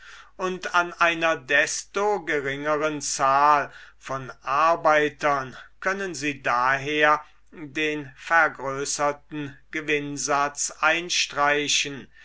und an einer desto geringeren zahl von arbeitern können sie daher den vergrößerten gewinnsatz einstreichen